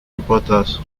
reporters